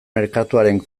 merkatuaren